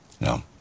No